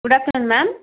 good afternoon ma'am